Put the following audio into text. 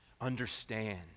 understand